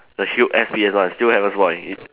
the huge S P_S one still haven't spoil